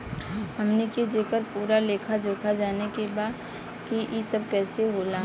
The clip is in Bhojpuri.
हमनी के जेकर पूरा लेखा जोखा जाने के बा की ई सब कैसे होला?